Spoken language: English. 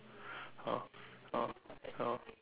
ah ah you know